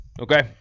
okay